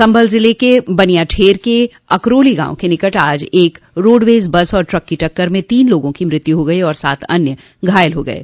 संभल जिले के वनियाठेर के अकरोली गांव के निकट आज एक रोडवेज बस और ट्रक की टक्कर में तीन लोगों की मृत्यु हो गई और सात अन्य घायल हो गये